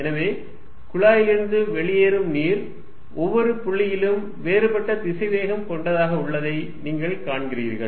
எனவே குழாயிலிருந்து வெளியேறும் நீர் ஒவ்வொரு புள்ளியிலும் வேறுபட்ட திசைவேகம் கொண்டதாக உள்ளதை நீங்கள் காண்கிறீர்கள்